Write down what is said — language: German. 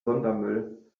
sondermüll